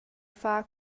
far